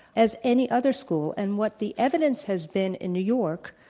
as any other school and what the evidence has been in new york,